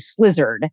slizzard